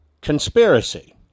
conspiracy